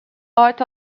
art